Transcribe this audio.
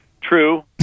True